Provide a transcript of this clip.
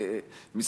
פינס?